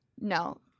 No